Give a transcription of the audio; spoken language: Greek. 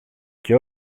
και